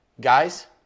guys